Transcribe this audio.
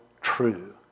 true